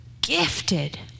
gifted